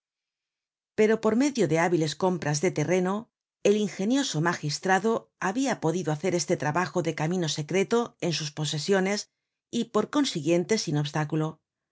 blomet por medio de hábiles compras de terreno el ingenioso magistrado habia podido hacer este trabajo de camino secreto en sus posesiones y por consiguiente sin obstáculo